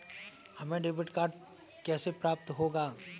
हमें debit card कैसे प्राप्त होगा?